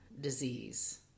disease